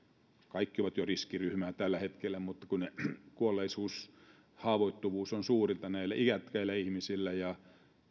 kaikki ovat jo riskiryhmää tällä hetkellä mutta kun kuolleisuus haavoittuvuus on suurinta iäkkäillä ihmisillä ja